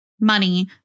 money